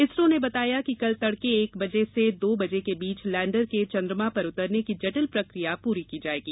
इसरो ने बताया कि कल तड़के एक बजे से दो बजे के बीच लैंडर के चंद्रमा पर उतरने की जटिल प्रक्रिया पूरी की जाएगी